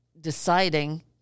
deciding